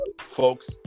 folks